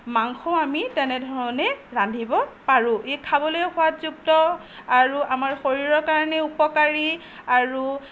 মাংসও আমি তেনেধৰণেই ৰান্ধিব পাৰোঁ ই খাবলৈয়ো সোৱাদযুক্ত আৰু আমাৰ শৰীৰৰ কাৰণেও উপকাৰী আৰু